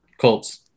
Colts